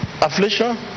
affliction